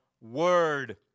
word